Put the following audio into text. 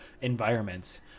environments